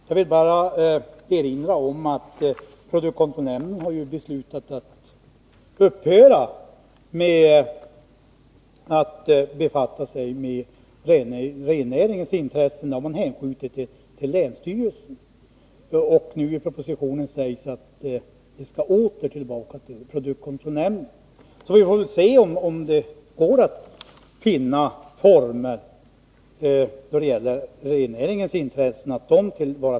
Jag vill bara erinra om att produktkontrollnämnden har beslutat att upphöra med att befatta sig med rennäringens intressen och hänskjutit detta till länsstyrelserna. I propositionen sägs nu att detta åter skall tillbaka till produktkontrollnämnden. Vi får väl se om det går att finna former för att tillvarata rennäringens intressen.